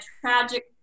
tragic